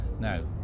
Now